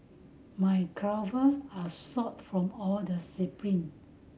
my calves are sore from all the sprint